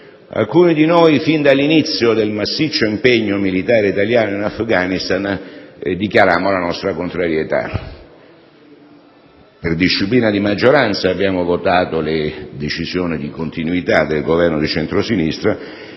alcuni di noi, fin dall'inizio del massiccio impegno militare italiano in Afghanistan, dichiararono la loro contrarietà. Per disciplina di maggioranza abbiamo votato le decisioni di continuità del Governo di centro-sinistra,